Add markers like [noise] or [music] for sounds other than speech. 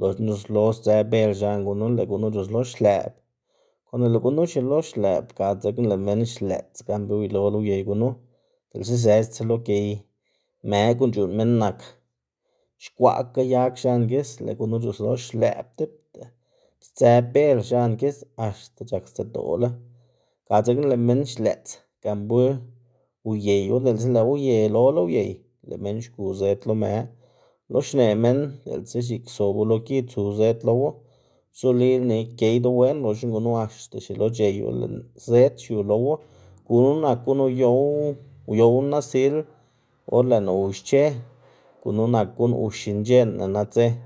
loxna c̲h̲uslo sdzë bel x̱an gunu lëꞌ gunu c̲h̲uslo xlëꞌb, konde lëꞌ gunu xielo xlëꞌb, ga dzekna lëꞌ minn xlëꞌts gan be uyelola uyey gunu, diꞌltsa zëxda tselo gey më guꞌn c̲h̲uꞌnn minn nak xkwaꞌkga yag x̱an gis lëꞌ gunu c̲h̲uslo xlëꞌb tipta sdzë bel x̱an gis, axta c̲h̲ak stsedolá, ga dzekna lëꞌ minn xlëꞌts ga be uyeyo diꞌltsa lëꞌwu uyelola uyey lëꞌ minn xgu zëd lo më, lo xneꞌ minn diꞌltsa x̱iꞌk sobu lo gi tsu zëd lowu, zolila nika geydu wen, loxna gunu axta xielo c̲h̲eyu lëꞌ zëd xiu lowu. gunu nak guꞌn uyow- uyowná nasil or lëꞌná uyusche, gunu nak guꞌn uxinc̲h̲enna nadze. [hesitation]